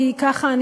כי ככה,